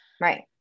Right